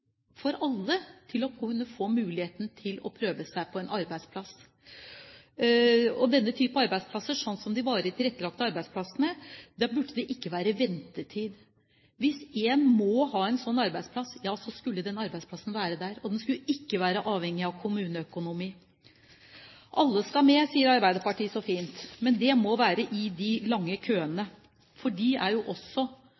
for alle å få muligheten til å prøve seg på en arbeidsplass. Og for denne typen arbeidsplasser, sånn som de varig tilrettelagte arbeidsplassene, burde det ikke være ventetid. Hvis en må ha en slik arbeidsplass, skal den arbeidsplassen være der, og den skal ikke være avhengig av kommuneøkonomi. Alle skal med, sier Arbeiderpartiet så fint. Men det må være i de lange køene.